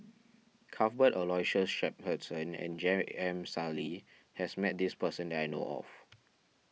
Cuthbert Aloysius Shepherdson and J M Sali has met this person that I know of